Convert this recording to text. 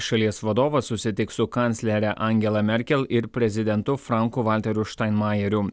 šalies vadovas susitiks su kanclere angela merkel ir prezidentu franku valteriu štainmajeriu